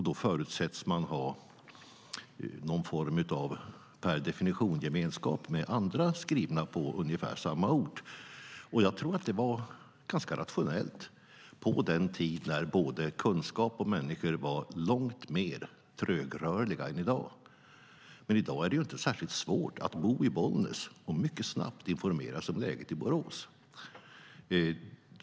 Man förutsätts per definition ha någon form av gemenskap med andra som är skrivna på ungefär samma ort. Jag tror att det var ganska rationellt på den tiden både kunskap och människor var långt mer trögrörliga än i dag. Men i dag är det inte särskilt svårt att bo i Bollnäs och mycket snabbt informera sig om läget i Borås.